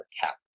cap